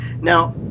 now